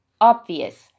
obvious